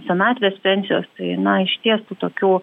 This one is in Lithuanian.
senatvės pensijos tai na išties tų tokių